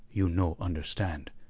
you no understand.